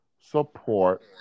support